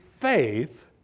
faith